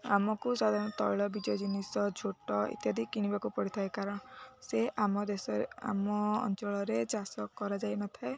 ଆମକୁ ସାଧାରଣତଃ ତୈଳବୀଜୟ ଜିନିଷ ଝୋଟ ଇତ୍ୟାଦି କିଣିବାକୁ ପଡ଼ିଥାଏ କାରଣ ସେ ଆମ ଦେଶରେ ଆମ ଅଞ୍ଚଳରେ ଚାଷ କରାଯାଇ ନ ଥାଏ